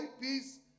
peace